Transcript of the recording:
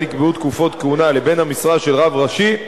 נקבעו תקופות כהונה לבין המשרה של רב ראשי,